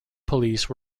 police